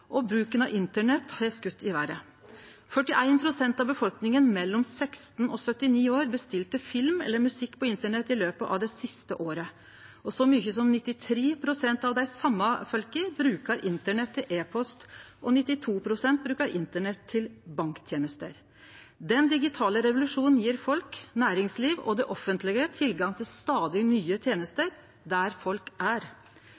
og bruken av internett har skote i vêret. 41 pst. av befolkninga mellom 16 og 79 år bestilte film eller musikk på internett i løpet av det siste året. Og så mykje som 93 pst. av dei same folka brukar internett til e-post, og 92 pst. brukar internett til banktenester. Den digitale revolusjonen gjev folk, næringsliv og det offentlege tilgang til stadig nye